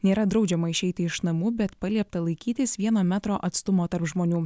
nėra draudžiama išeiti iš namų bet paliepta laikytis vieno metro atstumo tarp žmonių